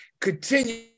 continue